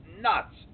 nuts